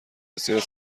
بسیاری